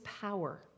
power